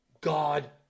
God